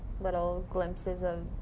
little glimpses of